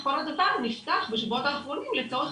אך כל --- נפתח בשבועות האחרונים לצורך